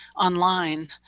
online